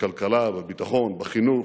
בכלכלה, בביטחון, בחינוך,